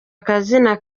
akazina